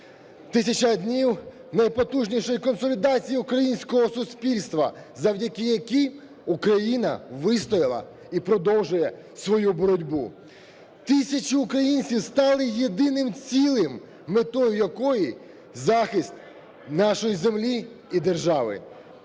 1000 днів найпотужнішої консолідації українського суспільства, завдяки якій Україна вистояла і продовжує свою боротьбу, тисячі українців стали єдиним цілим, мета якої захист нашої землі і держави.